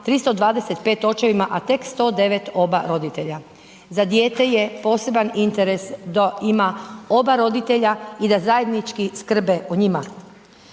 325 očevima a tek 109 oba roditelja. Za dijete je poseban interes da ima oba roditelja i da zajednički skrbe o njima.